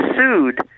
sued